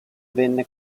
venne